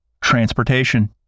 transportation